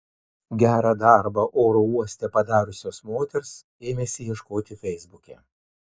gerą darbą oro uoste padariusios moters ėmėsi ieškoti feisbuke